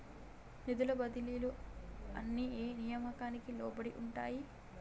నిధుల బదిలీలు అన్ని ఏ నియామకానికి లోబడి ఉంటాయి?